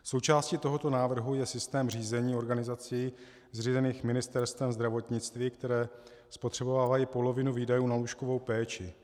Součástí tohoto návrhu je systém řízení organizací zřízených Ministerstvem zdravotnictví, které spotřebovávají polovinu výdajů na lůžkovou péči.